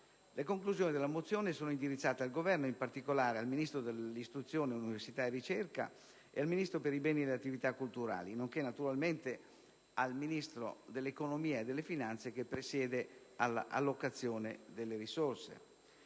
Le conclusioni della mozione sono indirizzate al Governo, in particolare al Ministro dell'istruzione, dell'università e della ricerca e al Ministro per i beni e le attività culturali, nonché naturalmente al Ministro dell'economia e delle finanze, che presiede alla allocazione delle risorse.